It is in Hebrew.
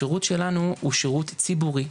השירות שלנו הוא שירות ציבורי,